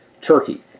Turkey